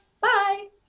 bye